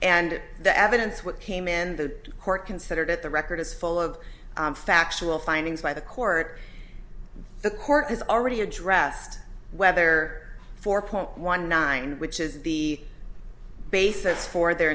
and the evidence what came in the court considered at the record is full of factual findings by the court the court has already addressed whether four point one nine which is the basis for their